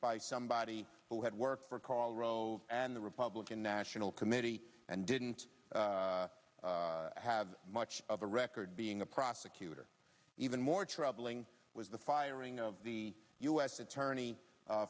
by somebody who had worked for karl rove and the republican national committee and didn't have much of a record being a prosecutor even more troubling was the firing of the u s attorney